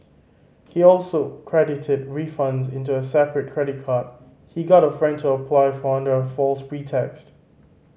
he also credited refunds into a separate credit card he got a friend to apply for under a false pretext